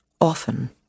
often